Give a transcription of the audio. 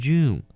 June